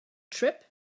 trip